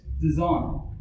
design